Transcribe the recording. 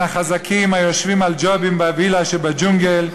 החזקים היושבים על ג'ובים בווילה שבג'ונגל,